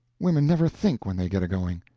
women never think, when they get a-going.